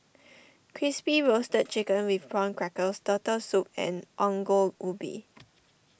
Crispy Roasted Chicken with Prawn Crackers Turtle Soup and Ongol Ubi